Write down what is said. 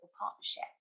partnership